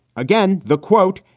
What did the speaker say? again, the quote,